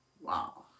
Wow